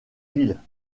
ville